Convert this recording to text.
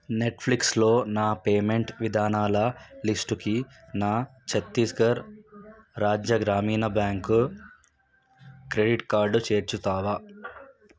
నెట్ఫ్లిక్స్లో నా పేమెంట్ విధానాల లిస్టుకి నా ఛత్తీస్ఘర్ రాజ్య గ్రామీణ బ్యాంకు క్రెడిట్ కార్డు చేర్చుతావా